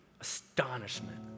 astonishment